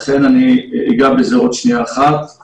לכן אני אגע בזה עוד שנייה אחת.